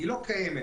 לא קיימת.